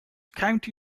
county